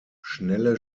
schnelle